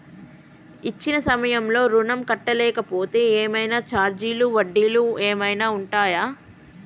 ఇచ్చిన సమయంలో ఋణం కట్టలేకపోతే ఏమైనా ఛార్జీలు వడ్డీలు ఏమైనా ఉంటయా?